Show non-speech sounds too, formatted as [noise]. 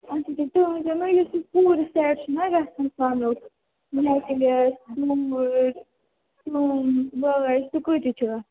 اَچھا تُہۍ ؤنۍ تَو مےٚ یُس یہِ پوٗرٕ سیٹ چھُناہ گژھان سۄنُک نیٚکلیس دوٗر [unintelligible] وٲج سُہ کۭتِس چھُ گژھان